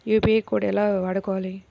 UPI code ఎలా వాడుకోవాలి?